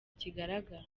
kigaragara